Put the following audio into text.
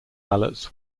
ballots